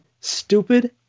stupid